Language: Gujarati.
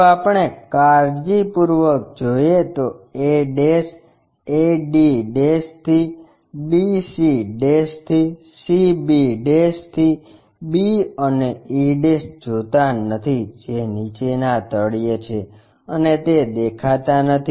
જો આપણે કાળજીપૂર્વક જોઈએ તો a a d થી d c થી c b થી b અને e જોતા નથી જે નીચેના તળિયે છે અને તે દેખાતા નથી